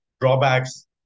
drawbacks